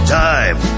time